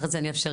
בבקשה.